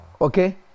Okay